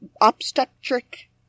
obstetric